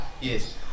Yes